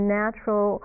natural